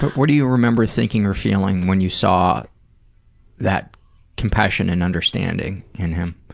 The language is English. what do you remember thinking or feeling when you saw that compassion and understanding in him?